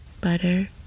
Butter